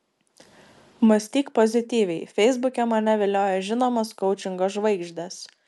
mąstyk pozityviai feisbuke mane vilioja žinomos koučingo žvaigždės